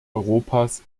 europas